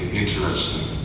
interesting